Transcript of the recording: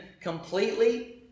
completely